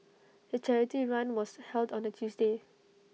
the charity run was held on A Tuesday